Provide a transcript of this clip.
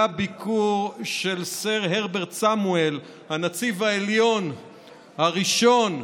לביקור של סר הרברט סמואל, הנציב העליון הראשון,